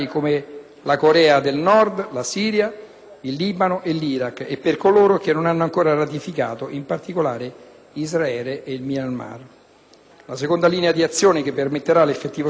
La seconda linea di azione, che permetterà l'effettivo successo della Convenzione ed il raggiungimento dei suoi obiettivi ultimi, è relativa alla cooperazione internazionale in campo chimico.